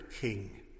king